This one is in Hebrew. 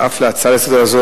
אף על ההצעה הזאת לסדר-היום,